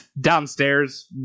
downstairs